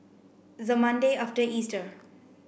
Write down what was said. the Monday after Easter